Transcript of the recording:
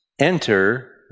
enter